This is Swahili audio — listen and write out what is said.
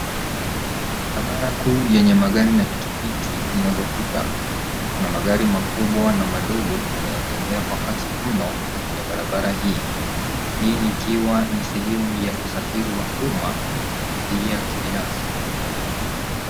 Barabara kuu yenye magari na pikipiki zinazopita. Kuna magari makubwa na madogo yanayotembea kwa kasi mno kwenye barabara hii, hii ni ikiwa ni sehemu ya usafiri wa umma na pia kibinafsi.